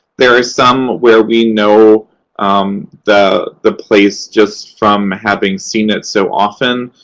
there are some where we know the the place just from having seen it so often.